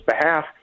behalf